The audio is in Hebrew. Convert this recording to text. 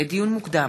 לדיון מוקדם: